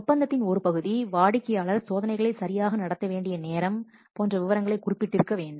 ஒப்பந்தத்தின் ஒரு பகுதி வாடிக்கையாளர் சோதனைகளை சரியாக நடத்த வேண்டிய நேரம் போன்ற விவரங்களைக் குறிப்பிட்டு இருக்க வேண்டும்